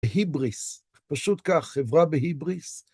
בהיבריס, פשוט כך, חברה בהיבריס.